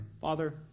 Father